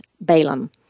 Balaam